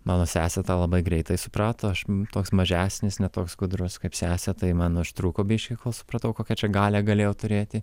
mano sesė tą labai greitai suprato aš toks mažesnis ne toks gudrus kaip sesė tai man užtruko biškį kol supratau kokia čia galią galėjau turėti